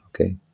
okay